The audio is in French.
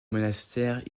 monastère